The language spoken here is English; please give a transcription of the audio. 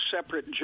separate